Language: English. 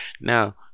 Now